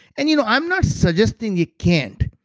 and you know i'm not suggesting you can't,